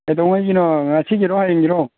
ꯀꯩꯗꯧꯉꯩꯒꯤꯅꯣ ꯉꯁꯤꯒꯤꯔꯣ ꯍꯥꯌꯦꯡꯒꯤꯔꯣ